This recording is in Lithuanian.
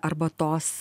arba tos